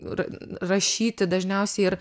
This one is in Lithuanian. rašyti dažniausiai ir